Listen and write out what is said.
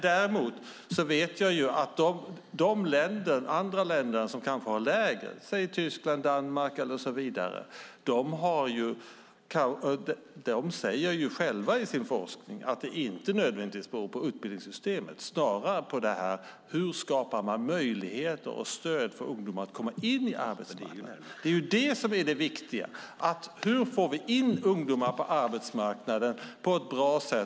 Däremot vet jag att andra länder som kanske har lägre ungdomsarbetslöshet - Tyskland, Danmark och så vidare - i sin forskning säger att det inte nödvändigtvis beror på utbildningssystemet. Snarare handlar det om hur man skapar möjligheter och stöd för ungdomar att komma in i arbetslivet. Det är det som är det viktiga. Hur får vi in ungdomar på arbetsmarknaden på ett bra sätt?